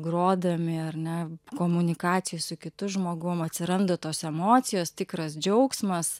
grodami ar ne komunikacijai su kitu žmogum atsiranda tos emocijos tikras džiaugsmas